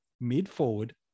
mid-forward